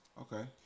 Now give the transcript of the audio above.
Okay